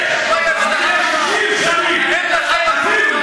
תתבייש לך.